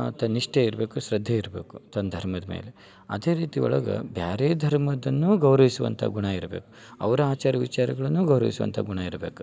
ಆತ ನಿಷ್ಠೆ ಇರಬೇಕು ಶ್ರದ್ಧೆ ಇರಬೇಕು ತನ್ನ ಧರ್ಮದ ಮೇಲೆ ಅದೇ ರೀತಿ ಒಳಗ ಬ್ಯಾರೆ ಧರ್ಮದ್ದನ್ನೂ ಗೌರವಿಸುವಂಥ ಗುಣ ಇರ್ಬೇಕು ಅವರ ಆಚಾರ ವಿಚಾರಗಳನ್ನ ಗೌರವಿಸುವಂಥ ಗುಣ ಇರ್ಬೇಕು